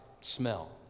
smell